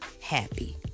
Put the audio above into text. happy